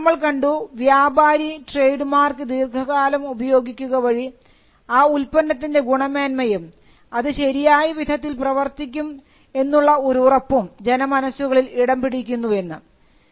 പിന്നീട് നമ്മൾ കണ്ടു വ്യാപാരി ട്രേഡ് മാർക്ക് ദീർഘകാലം ഉപയോഗിക്കുക വഴി ആ ഉൽപ്പന്നത്തിൻറെ ഗുണമേന്മയും അത് ശരിയായ വിധത്തിൽ പ്രവർത്തിക്കും എന്നുള്ള ഒരു ഉറപ്പും ജനമനസ്സുകളിൽ ഇടംപിടിക്കുന്നു എന്ന്